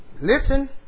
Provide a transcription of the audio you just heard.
Listen